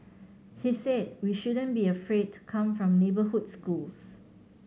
he said we shouldn't be afraid to come from neighbourhood schools